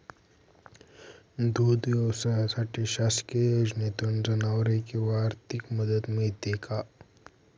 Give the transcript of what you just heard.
दूध व्यवसायासाठी शासकीय योजनेतून जनावरे किंवा आर्थिक मदत मिळते का?